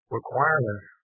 requirements